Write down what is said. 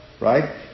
Right